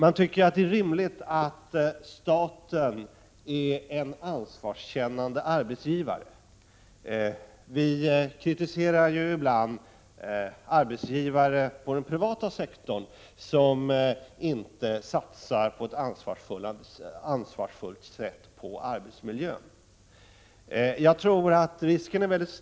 Man tycker att det är rimligt att staten är en ansvarskännande arbetsgivare. Vi kritiserar ju ibland arbetsgivare på den privata sektorn, som inte på ett ansvarsfullt sätt satsar på arbetsmiljön.